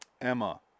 Emma